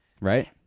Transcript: Right